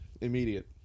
immediate